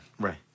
Right